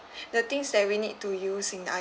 the things that we need to use in I~